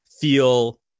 feel